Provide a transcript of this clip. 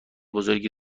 بزرگی